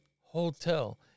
Hotel